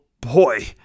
boy